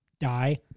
die